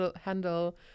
handle